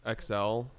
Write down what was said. XL